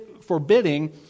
forbidding